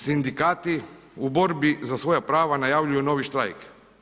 Sindikati u borbi za svoja prava najavljuju novi štrajk.